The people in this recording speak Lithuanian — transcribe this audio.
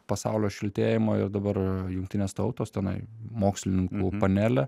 pasaulio šiltėjimo ir dabar jungtinės tautos tenai mokslininkų panelė